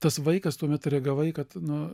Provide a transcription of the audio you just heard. tas vaikas tuomet reagavai kad nu